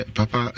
Papa